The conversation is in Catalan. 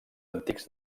antics